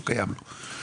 לא קיים לו.